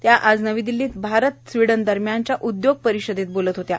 त्या आज नवी दिल्लीत भारत स्वीडन दरम्यानच्या उद्योग परिषदेत बोलत होत्या